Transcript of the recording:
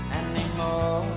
anymore